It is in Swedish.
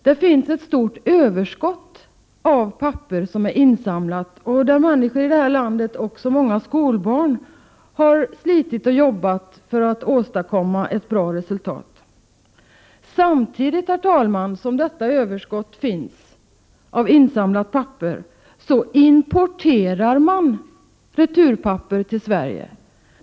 Det finns ett stort överskott av papper som är insamlat, och människor här i landet — bl.a. skolbarn — har slitit och jobbat för att åstadkomma ett bra resultat. Samtidigt, herr talman, som detta överskott av insamlat papper finns så importeras returpapper till Sverige.